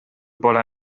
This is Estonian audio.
pole